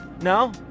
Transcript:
No